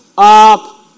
up